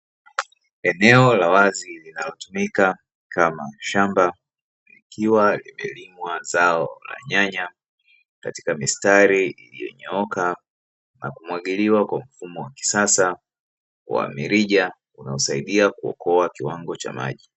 Eneo la wazi linalotumika kama shamba, likiwa limelimwa zao la nyanya katika mistari iliyonyooka na kumwagiliwa kwa mfumo wa kisasa wa mirija unaosaidia kuokoa kiwango cha maji.